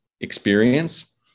experience